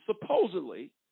supposedly